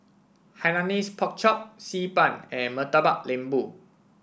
Hainanese Pork Chop Xi Ban and Murtabak Lembu